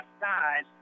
side